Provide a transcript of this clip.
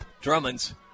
Drummond's